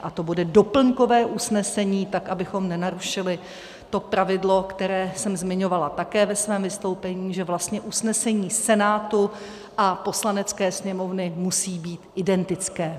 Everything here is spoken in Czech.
A to bude doplňkové usnesení, tak abychom nenarušili to pravidlo, které jsem zmiňovala také ve svém vystoupení, že vlastně usnesení Senátu a Poslanecké sněmovny musí být identické.